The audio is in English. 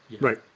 Right